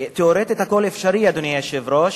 תיאורטית הכול אפשרי, אדוני היושב-ראש,